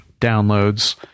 downloads